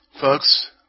Folks